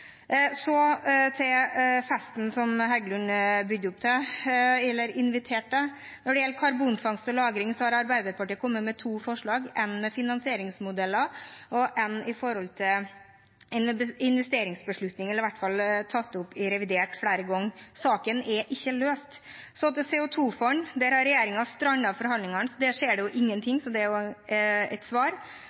Så til festen som representanten Heggelund inviterte til: Når det gjelder karbonfangst og -lagring, har Arbeiderpartiet kommet med to forslag – ett om finansieringsmodeller og ett om investeringsbeslutninger – vi har i hvert fall tatt det opp i revidert flere ganger. Saken er ikke løst. Så til CO 2 -fond: Der har regjeringen strandet forhandlingene, så der skjer det jo ingenting. Det er også et svar.